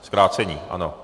Zkrácení, ano.